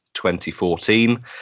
2014